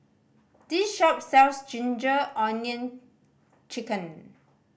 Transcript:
this shop sells ginger onion chicken